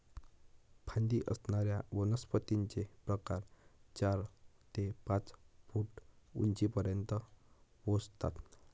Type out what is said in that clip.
फांदी असणाऱ्या वनस्पतींचे प्रकार चार ते पाच फूट उंचीपर्यंत पोहोचतात